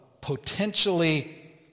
potentially